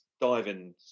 Dive-in